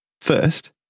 First